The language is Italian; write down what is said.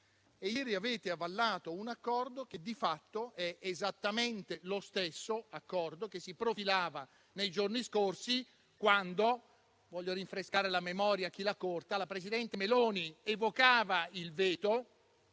ieri avete avallato un accordo che, di fatto, è esattamente lo stesso accordo che si profilava nei giorni scorsi, quando - voglio rinfrescare la memoria a chi l'ha corta - la presidente Meloni evocava il veto